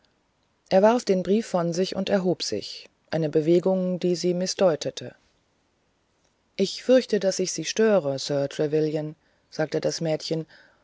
er warf den brief von sich und erhob sich eine bewegung die sie mißdeutete ich fürchte daß ich sie störe sir trevelyan sagte das mädchen